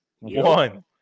One